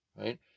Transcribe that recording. Right